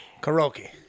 karaoke